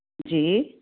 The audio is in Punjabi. ਜੀ